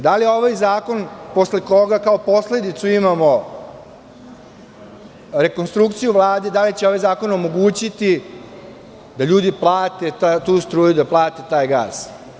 Da li je ovo zakon posle koga kao posledicu imamo rekonstrukciju Vlade, da li će ovaj zakon omogućiti da ljudi plate tu struju, da plate taj gas?